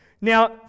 Now